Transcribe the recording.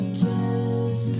kiss